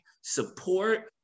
support